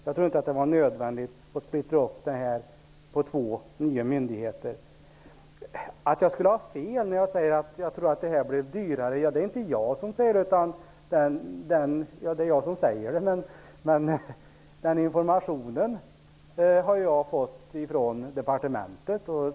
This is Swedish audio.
Jag tror inte att det var nödvändigt att splittra det i två myndigheter. Margitta Edgren säger att det är fel när jag säger att det har blivit dyrare. Det är inte jag som påstår det, utan den informationen har jag fått från departementet.